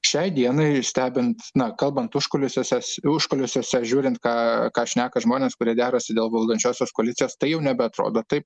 šiai dienai stebint na kalbant užkulisiuose užkulisiuose žiūrint ką ką šneka žmonės kurie derasi dėl valdančiosios koalicijos tai jau nebeatrodo taip